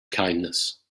kindness